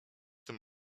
tym